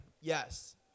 Yes